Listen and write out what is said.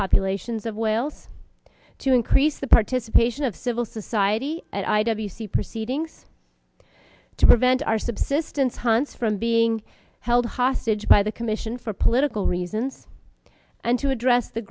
populations of wealth to increase the participation of civil society at i w c proceedings to prevent our subsistence hans from being held hostage by the commission for political reasons and to address the